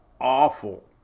awful